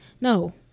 no